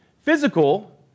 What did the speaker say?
Physical